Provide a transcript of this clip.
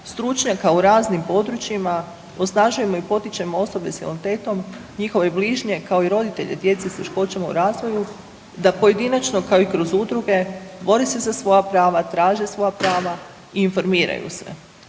stručnjaka u raznim područjima, osnažujemo i potičemo osobe s invaliditetom, njihove bližnje, kao i roditelje djece s teškoćama u razvoju da pojedinačno, kao i kroz udruge bore se za svoja prava, traže svoja prava i informiraju se.